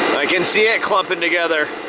i can see it clumping together.